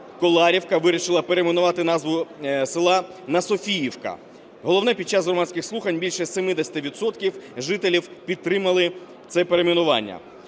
Коларівка вирішили перейменувати назву села на Софіївка. Головне, під час громадських слухань більше 70 відсотків жителів підтримали це перейменування.